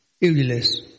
useless